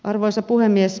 arvoisa puhemies